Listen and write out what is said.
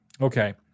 okay